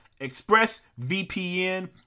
ExpressVPN